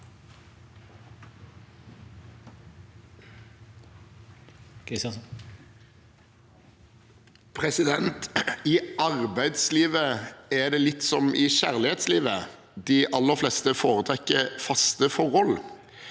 I arbeidslivet er det litt som i kjærlighetslivet: De aller fleste foretrekker faste forhold.